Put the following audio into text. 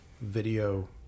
video